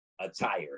attire